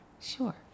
Sure